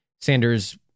Sanders